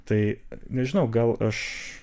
tai nežinau gal aš